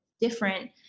different